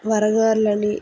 వడగార్లని